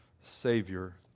savior